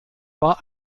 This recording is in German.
war